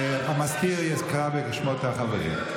המזכיר יקרא בשמות החברים.